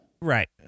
Right